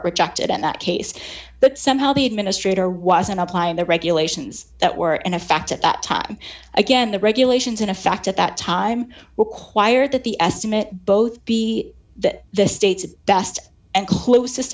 rejected in that case that somehow the administrator wasn't applying the regulations that were in effect at the time again the regulations in effect at that time require that the estimate both be that the states best and closest